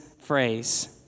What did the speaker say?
phrase